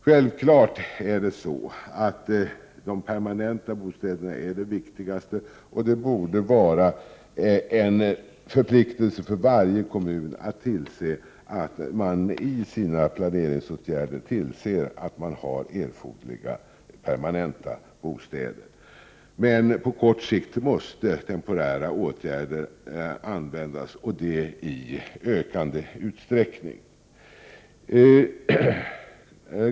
Självfallet är de permanenta bostäderna viktigast. Det borde vara en förpliktelse för varje kommun att tillse att man i sina planeringsåtgärder ser till att man har erforderliga permanenta bostäder. I ökande utsträckning måste temporära åtgärder användas på kort sikt.